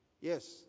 Yes